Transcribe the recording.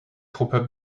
truppe